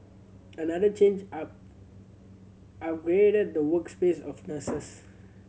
another change are the work space of nurses